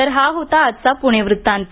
तर हा होता आजचा पुणे वृत्तांत